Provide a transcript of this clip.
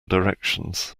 directions